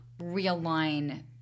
realign